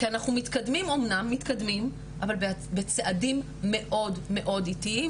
כי אנחנו מתקדמים אמנם אבל בצעדים מאוד איטיים